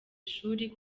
ishuri